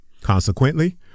Consequently